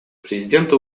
президента